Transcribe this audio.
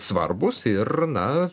svarbūs ir na